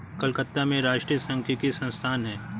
कलकत्ता में राष्ट्रीय सांख्यिकी संस्थान है